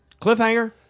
Cliffhanger